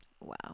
wow